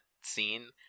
scene